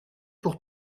pour